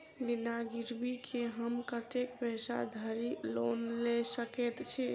बिना गिरबी केँ हम कतेक पैसा धरि लोन गेल सकैत छी?